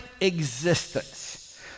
existence